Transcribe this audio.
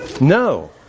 No